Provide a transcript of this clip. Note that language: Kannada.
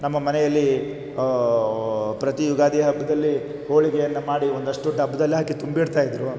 ನಮ್ಮ ಮನೆಯಲ್ಲಿ ಪ್ರತೀ ಯುಗಾದಿ ಹಬ್ಬದಲ್ಲಿ ಹೋಳಿಗೆಯನ್ನು ಮಾಡಿ ಒಂದಷ್ಟು ಡಬ್ಬದಲ್ಲಾಕಿ ತುಂಬಿಡ್ತಾಯಿದ್ರು